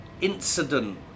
incident